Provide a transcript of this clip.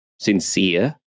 sincere